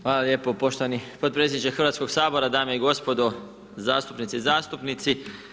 Hvala lijepo poštovani podpredsjedniče Hrvatskog sabora, dame i gospodo, zastupnice i zastupnici.